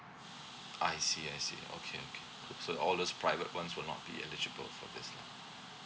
I see I see okay okay so all those private ones will not be eligible for this lah